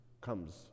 comes